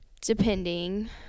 depending